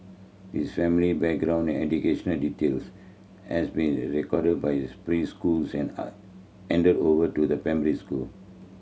his family background and educational details has been recorded by his preschool and handed over to the primary school